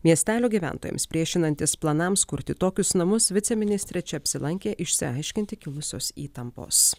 miestelio gyventojams priešinantis planams kurti tokius namus viceministrė čia apsilankė išsiaiškinti kilusios įtampos